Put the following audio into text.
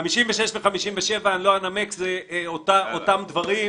ו-57 אני לא אנמק, זה אותם דברים: